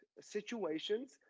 situations